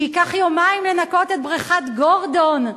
שייקח יומיים לנקות את בריכת "גורדון"